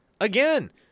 Again